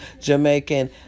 Jamaican